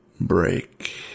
break